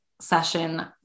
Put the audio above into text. session